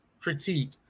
critique